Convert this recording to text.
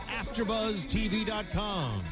AfterBuzzTV.com